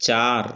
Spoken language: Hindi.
चार